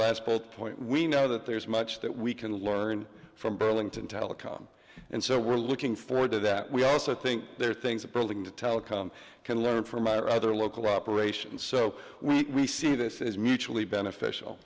last cold point we know that there's much that we can learn from burlington telecom and so we're looking forward to that we also think there are things that building to telecom can learn from our other local operation so we see this as mutually beneficial